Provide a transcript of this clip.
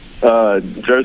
Joseph